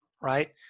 right